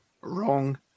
Wrong